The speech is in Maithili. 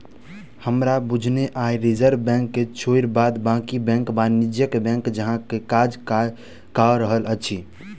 हमरा बुझने आइ रिजर्व बैंक के छोइड़ बाद बाँकी बैंक वाणिज्यिक बैंक जकाँ काज कअ रहल अछि